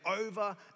over